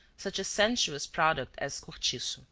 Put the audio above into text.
such a sensuous product as cortico.